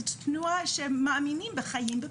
תנועה שמאמינה בחיים.